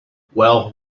well